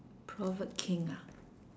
proverb king ah